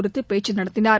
குறித்து பேச்சு நடத்தினார்